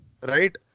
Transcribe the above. right